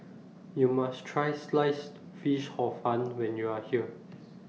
YOU must Try Sliced Fish Hor Fun when YOU Are here